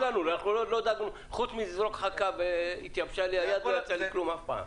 חוץ מלזרוק חכה והתייבשה לי היד ולא יצא לי כלום אף פעם,